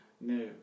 No